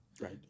Right